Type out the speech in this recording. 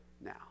now